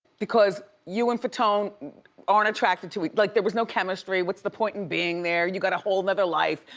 because you and fatone aren't attracted to, like there was no chemistry, what's the point in being there, you got a whole another life,